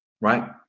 Right